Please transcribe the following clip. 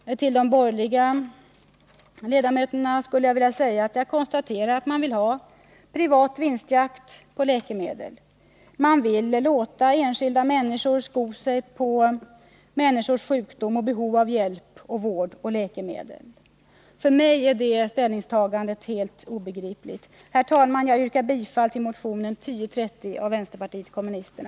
Till de borgerliga ledamöterna vill jag säga att jag konstaterar att man vill ha privat vinstjakt i fråga om läkemedel. Man vill låta enskilda intressen sko sig på människors sjukdom och behov av hjälp och vård och läkemedel. För mig är det ställningstagandet helt obegripligt. Herr talman! Jag yrkar bifall till motionen 1030 av vänsterpartiet kommunisterna.